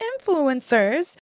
influencers